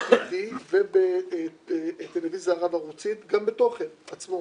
ב- -- ובטלוויזיה רב ערוצית גם בתוכן עצמו,